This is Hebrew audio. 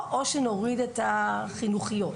או שנוריד את החינוכיות.